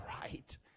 right